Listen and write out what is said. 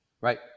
Right